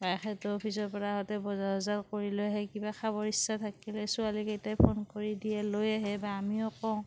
বা এখেতেও অফিচৰ পৰা আহোঁতে বজাৰ চজাৰ কৰি লৈ আহে কিবা খাবৰ ইচ্ছা থাকিলে ছোৱালীকেইটাই ফোন কৰি দিয়ে লৈ আহে বা আমিও কওঁ